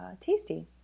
tasty